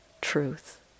truth